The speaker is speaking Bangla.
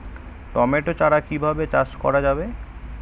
টমেটো চারা কিভাবে চাষ করা যাবে?